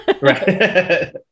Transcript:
Right